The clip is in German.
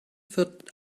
wird